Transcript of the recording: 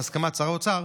בהסכמת שר האוצר,